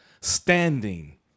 standing